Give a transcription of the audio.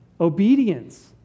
obedience